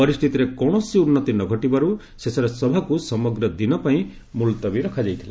ପରିସ୍ଥିତିରେ କୌଣସି ଉନ୍ନତି ନ ଘଟିବାରୁ ଶେଷରେ ସଭାକୁ ସମଗ୍ର ଦିନ ପାଇଁ ମୁଲତବୀ ରଖାଯାଇଥିଲା